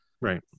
right